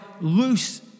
loose